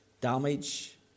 damage